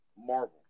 Marvel